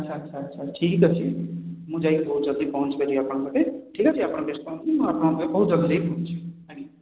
ଆଚ୍ଛା ଆଚ୍ଛା ଆଚ୍ଛା ଠିକ ଅଛି ମୁଁ ଯାଇ ବହୁତ ଜଲଦି ପହଞ୍ଚି ପାରିବି ଆପଣଙ୍କ ପାଖରେ ଠିକ ଅଛି ଆପଣ ବ୍ୟସ୍ତ ହୁଅନ୍ତୁନି ମୁଁ ଆପଣଙ୍କ ପାଖରେ ବହୁତ ଜଲଦି ଯାଇ ପହଞ୍ଚିବି ଆଜ୍ଞା